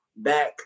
back